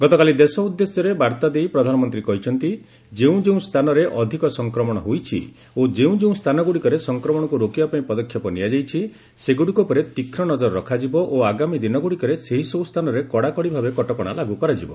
ଗତକାଲି ଦେଶ ଉଦ୍ଦେଶ୍ୟରେ ବାର୍ତ୍ତା ଦେଇ ପ୍ରଧାନମନ୍ତ୍ରୀ କହିଛନ୍ତି ଯେଉଁ ଯେଉଁ ସ୍ଥାନରେ ଅଧିକ ସଂକ୍ରମଣ ହୋଇଛି ଓ ଯେଉଁ ଯେଉଁ ସ୍ଥାନଗୁଡ଼ିକରେ ସଂକ୍ରମଣକୁ ରୋକିବା ପାଇଁ ପଦକ୍ଷେପ ନିଆଯାଇଛି ସେଗୁଡ଼ିକ ଉପରେ ତୀକ୍ଷ୍ଣ ନଜର ରଖାଯିବ ଓ ଆଗାମୀ ଦିନଗୁଡ଼ିକରେ ସେହିସବୁ ସ୍ଥାନରେ କଡ଼ାକଡ଼ି ଭାବେ କଟକଶା ଲାଗୁ କରାଯିବ